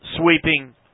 sweeping